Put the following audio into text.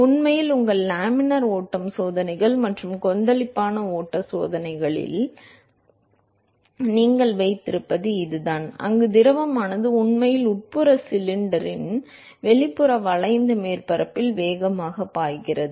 உண்மையில் உங்கள் லேமினார் ஓட்டம் சோதனைகள் மற்றும் கொந்தளிப்பான ஓட்ட சோதனைகளில் நீங்கள் வைத்திருப்பது இதுதான் அங்கு திரவமானது உண்மையில் உட்புற சிலிண்டரின் வெளிப்புற வளைந்த மேற்பரப்பில் வேகமாகப் பாய்கிறது